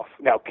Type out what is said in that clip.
Now